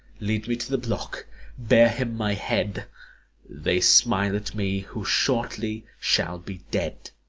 lead me to the block bear him my head they smile at me who shortly shall be dead.